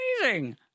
amazing